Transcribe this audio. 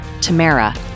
Tamara